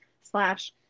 slash